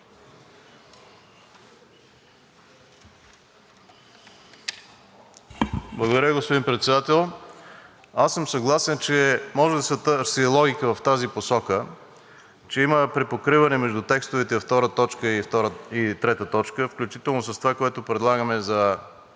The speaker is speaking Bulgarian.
Аз съм съгласен, че може да се търси логика в тази посока, че има припокриване между текстовете на т. 2 и т. 3, включително с това, което предлагаме за промяна в текста на т. 2. Въпросът е, че търсим повече конкретика.